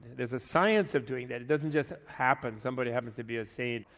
there's a science of doing that, it doesn't just happen, somebody happens to be a saint,